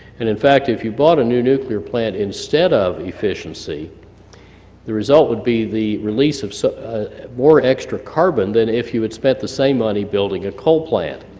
and in fact, if you bought a new nuclear plant instead of efficiency the result would be the release of more extra carbon then if you had spent the same money building a coal plant.